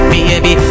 Baby